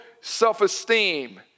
self-esteem